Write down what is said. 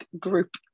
group